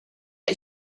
you